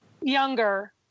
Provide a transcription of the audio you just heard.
Younger